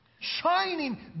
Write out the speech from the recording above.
Shining